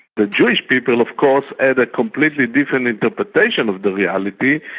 the jewish people of course had a completely different interpretation of the reality,